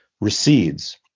recedes